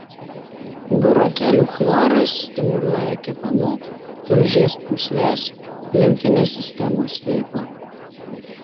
burokėlių chloras stimuliuoja kepenų tulžies pūslės limfinės sistemos veiklą